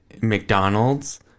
McDonald's